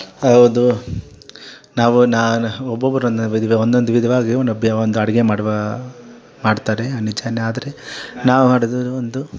ಹೌದು ನಾವು ನಾನು ಒಬ್ಬೊಬ್ಬರು ಒಂದೊಂದು ವಿಧ ಒಂದೊಂದು ವಿಧವಾಗಿ ಒಂದು ಅಡುಗೆ ಮಾಡುವ ಮಾಡ್ತಾರೆ ನಿಜಾನೆ ಆದರೆ ನಾನು ಮಾಡೋದು ಒಂದು